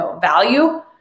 value